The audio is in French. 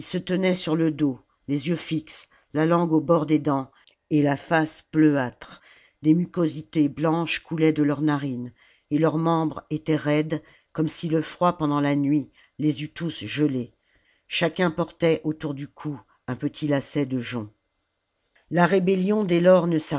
se tenaient sur le dos les yeux fixes la langue au bord des dents et la face bleuâtre des mucosités blanches coulaient de leurs narines et leurs membres étaient raides comme si le froid pendant la nuit les eût tous gelés chacun portait autour du cou un petit lacet de joncs la rébellion dès lors ne